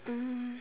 mm